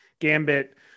gambit